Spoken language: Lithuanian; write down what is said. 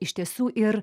iš tiesų ir